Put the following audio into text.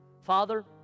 Father